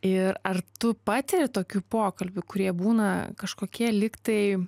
ir ar tu patiri tokių pokalbių kurie būna kažkokie lyg tai